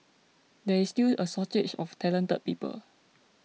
there is still a shortage of talented people